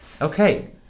okay